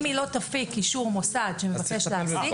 אם היא לא תפיק אישור מוסד שמבקש להנפיק,